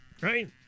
Right